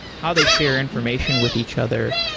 how they share information with each other.